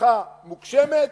השקפתך מוגשמת,